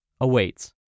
awaits